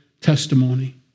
testimony